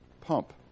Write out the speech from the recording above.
pump